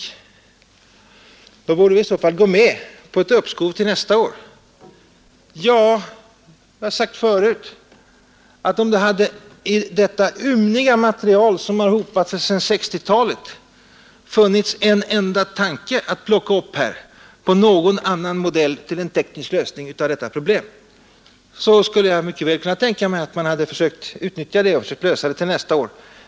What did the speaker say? I så fall borde vi gå med på ett uppskov till nästa år. Jag har sagt förut att om det i detta ymniga material som har hopats sedan 1960-talet hade funnits en enda tanke att plocka upp — någon annan modell till en teknisk lösning av detta problem — skulle jag mycket väl kunnat tänka mig att man hade försökt utnyttja den och lösa problemet till nästa vår.